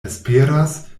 esperas